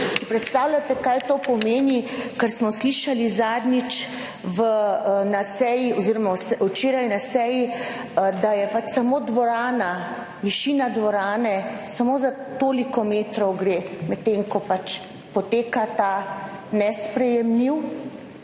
si predstavljate, kaj to pomeni, kar smo slišali zadnjič na seji oziroma včeraj na seji, da je pač samo dvorana, višina dvorane, samo za toliko metrov gre, medtem ko pač poteka ta nesprejemljiv